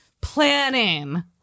planning